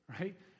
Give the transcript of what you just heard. Right